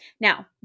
Now